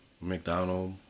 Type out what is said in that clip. McDonald